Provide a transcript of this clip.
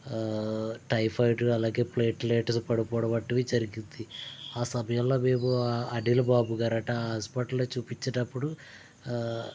typhoid అలాగే platelets పడిపోవడం వంటివి జరిగింది ఆ సమయములో మేము అనిల్ బాబుగారు అంట ఆ హాస్పిటల్లో చూపించునపుడు